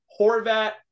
Horvat